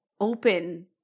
open